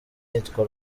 yitwa